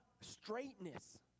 straightness